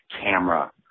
camera